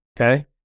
okay